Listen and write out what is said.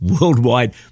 worldwide